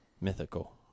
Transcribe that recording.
mythical